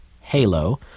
Halo